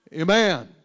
Amen